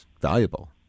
valuable